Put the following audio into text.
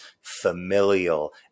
familial